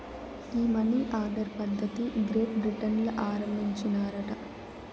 ఈ money order పద్ధతిది great Britain ల ఆరంబించినారట